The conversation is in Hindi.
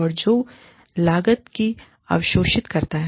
और जो लागत को अवशोषित करता है